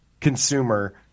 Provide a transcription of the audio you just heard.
consumer